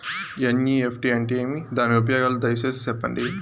NEFT అంటే ఏమి? దాని ఉపయోగాలు దయసేసి సెప్పండి?